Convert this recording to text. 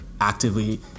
actively